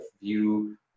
view